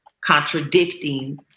contradicting